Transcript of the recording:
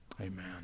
Amen